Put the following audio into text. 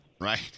Right